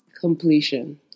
completion